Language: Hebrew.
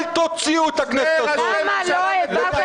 אל תוציאו את הכנסת הזאת לבחירות.